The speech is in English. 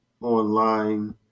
online